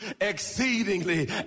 exceedingly